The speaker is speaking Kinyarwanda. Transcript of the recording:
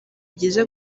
byiza